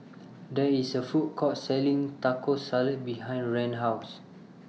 There IS A Food Court Selling Taco Salad behind Rand's House